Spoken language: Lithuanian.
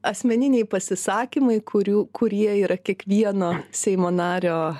asmeniniai pasisakymai kurių kurie yra kiekvieno seimo nario